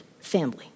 family